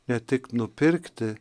ne tik nupirkti